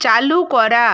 চালু করা